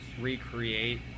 recreate